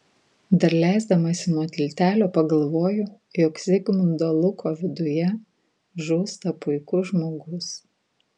dar leisdamasi nuo tiltelio pagalvoju jog zigmundo luko viduje žūsta puikus žmogus